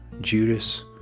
Judas